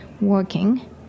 working